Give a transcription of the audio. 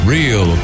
Real